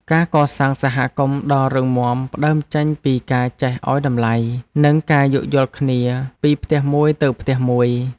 ការកសាងសហគមន៍ដ៏រឹងមាំផ្ដើមចេញពីការចេះឱ្យតម្លៃ និងការយោគយល់គ្នាពីផ្ទះមួយទៅផ្ទះមួយ។